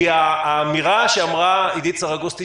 האמירה שאמרה עדית סרגוסטי,